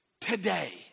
today